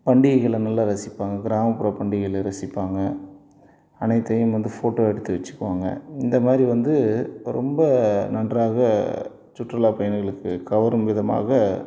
பண்டிகைகள நல்லா ரசிப்பாங்க கிராமப்புற பண்டிகைகளை ரசிப்பாங்க அனைத்தையும் வந்து ஃபோட்டோ எடுத்து வச்சுக்குவாங்க இந்த மாதிரி வந்து ரொம்ப நன்றாக சுற்றுலா பயணிகளுக்கு கவரும் விதமாக